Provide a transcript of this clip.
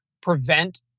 prevent